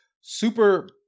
super